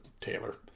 Taylor